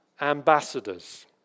ambassadors